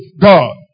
God